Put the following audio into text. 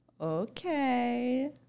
Okay